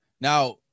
now